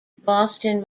boston